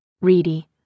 Reedy